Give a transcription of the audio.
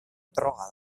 droga